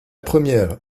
première